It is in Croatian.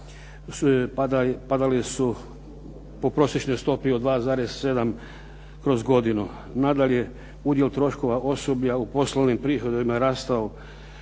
padali su po prosječnoj stopi od 2,7% kroz godinu. Nadalje, udio troškova osoblja u poslovnim prihodima je rastao